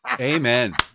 Amen